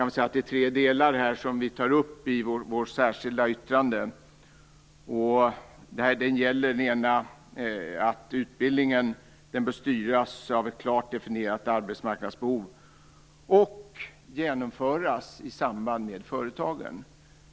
Vi tar upp tre delar i vårt särskilda yttrande. Till att börja med bör utbildningen styras av ett klart definierat arbetsmarknadsbehov och genomföras i samarbete med företagen.